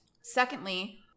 Secondly